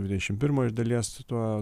dvidešim pirmo iš dalies su tuo